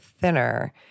thinner